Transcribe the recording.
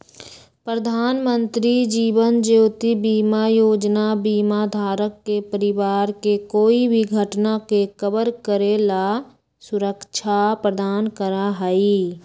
प्रधानमंत्री जीवन ज्योति बीमा योजना बीमा धारक के परिवार के कोई भी घटना के कवर करे ला सुरक्षा प्रदान करा हई